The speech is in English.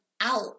out